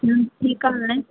ठीकु आहे हाणे